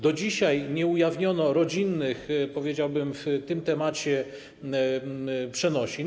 Do dzisiaj nie ujawniono rodzinnych, powiedziałbym, w tym temacie przenosin.